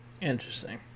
Interesting